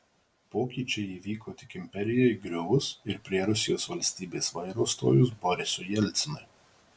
pokyčiai įvyko tik imperijai griuvus ir prie rusijos valstybės vairo stojus borisui jelcinui